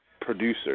producer